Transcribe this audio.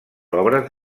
obres